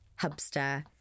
hubster